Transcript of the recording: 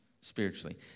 spiritually